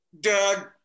Doug